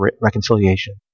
reconciliation